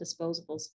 disposables